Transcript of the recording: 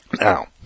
Now